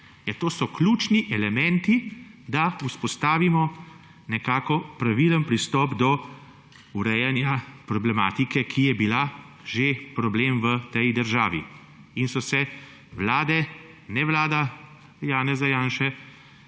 To so ključni elementi, da vzpostavimo nekako pravilen pristop do urejanja problematike, ki je bila že problem v tej državi in so se vlade, ne vlada Janeza Janše,